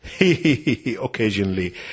occasionally